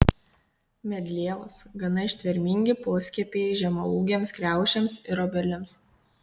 medlievos gana ištvermingi poskiepiai žemaūgėms kriaušėms ir obelims